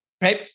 right